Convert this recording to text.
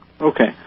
Okay